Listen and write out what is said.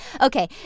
Okay